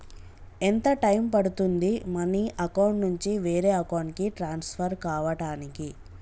ఎంత టైం పడుతుంది money account నుంచి వేరే అకౌంట్ కి ట్రాన్స్ఫర్ కావటానికి?